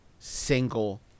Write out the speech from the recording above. single